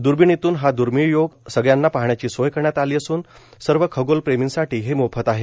दुर्बिणीतून हा दुर्मिळ योग सगळ्यांना पाहण्याची सोय करण्यात आली असून सर्व खगोल प्रेमीसांठी हे मोफत आहे